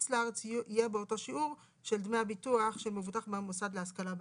יהיה באותו שיעור של דמי הביטוח של מבוטח במוסד להשכלה בארץ.